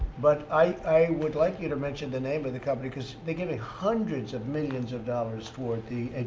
but i would like you to mention the name of the company because they're giving hundreds of millions of dollars for the